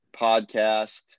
podcast